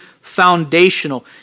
foundational